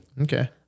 Okay